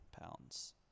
pounds